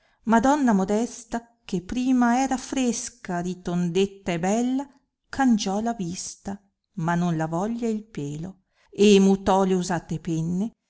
madonna modesta che prima era fresca ritondetta e bella cangiò la vista ma non la voglia il pelo e mutò le usate penne